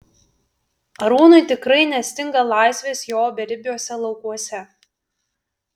arūnui tikrai nestinga laisvės jo beribiuose laukuose